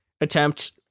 attempt